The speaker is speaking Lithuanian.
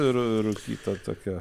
ir rūkyta tokia